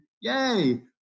yay